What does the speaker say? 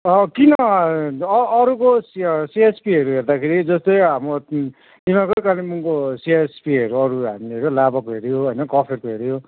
किन अरूको सि सिएचपीहरू हेर्दाखेरि जस्तै अब तिमीहरूकै कालिम्पोङको सिएचपी अरू हामी हेरियो लाभाको हेरियो होइन कफेरको हेरियो